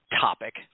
topic